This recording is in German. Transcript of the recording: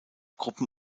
gruppen